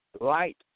light